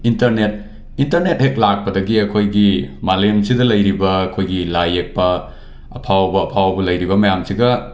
internet internet ꯍꯦꯛ ꯂꯥꯛꯄꯗꯒꯤ ꯑꯩꯈꯣꯏꯒꯤ ꯃꯥꯂꯦꯝꯁꯤꯗ ꯂꯩꯔꯤꯕ ꯑꯩꯈꯣꯏꯒꯤ ꯂꯥꯏ ꯌꯦꯛꯄ ꯑꯐꯥꯎ ꯑꯐꯥꯎꯕ ꯂꯩꯔꯤꯕ ꯃꯌꯥꯝꯁꯤꯒ